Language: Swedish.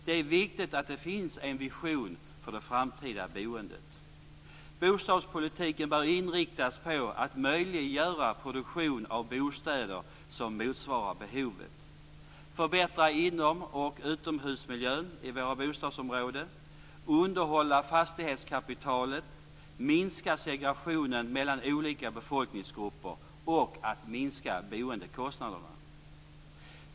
Det är viktigt att det finns en vision för det framtida boendet. Bostadspolitiken bör inriktas på att möjliggöra produktion av bostäder som motsvarar behovet, förbättra inom och utomhusmiljön i våra bostadsområden, underhålla fastighetskapitalet, minska segregationen mellan olika befolkningsgrupper och att minska boendekostnaderna.